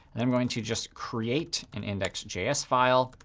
i'm going to just create an index js file,